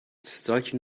solchen